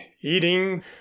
eating